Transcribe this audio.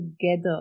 together